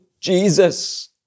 Jesus